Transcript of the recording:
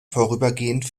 vorübergehend